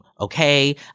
okay